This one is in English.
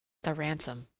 the ransom